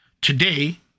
today